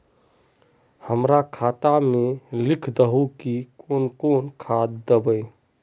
हमरा खाता में लिख दहु की कौन कौन खाद दबे?